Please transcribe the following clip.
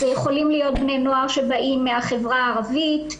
זה יכולים להיות בני נוער שבאים מהחברה הערבית,